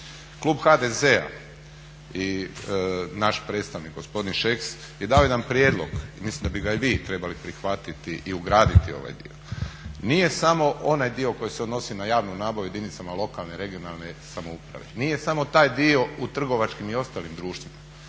Klub HDZ-a i naš predstavnik gospodin Šeks je dao jedan prijedlog i mislim da bi ga i vi trebali prihvatiti i ugraditi u ovaj dio, nije samo onaj dio koji se odnosi na javnu nabavu u jedinicama lokalne regionalne samouprave, nije samo taj dio u trgovačkim i ostalim društvima,